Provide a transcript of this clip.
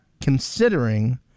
considering